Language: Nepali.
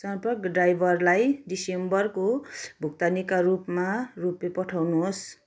सम्पर्क ड्राइभरलाई डिसेम्बरको भुक्तानीका रूपमा रुपियाँ पठाउनुहोस्